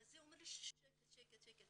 אמר לי "שקט שקט".